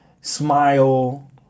Smile